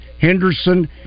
Henderson